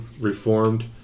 reformed